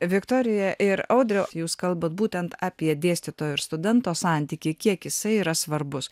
viktorija ir audriau jūs kalbat būtent apie dėstytojo ir studento santykį kiek jisai yra svarbus